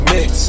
Mix